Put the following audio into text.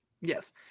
Yes